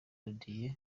didier